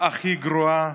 הכי גרועה